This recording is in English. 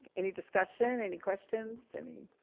any discussion? any questions, any?